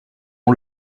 ont